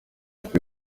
ufite